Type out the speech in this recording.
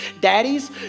Daddies